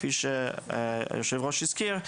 כפי שיושב הראש הזכיר,